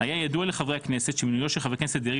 היה ידוע לחברי הכנסת שמינויו של חבר הכנסת דרעי